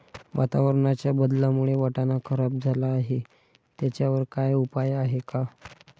वातावरणाच्या बदलामुळे वाटाणा खराब झाला आहे त्याच्यावर काय उपाय आहे का?